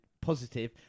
positive